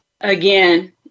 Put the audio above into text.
Again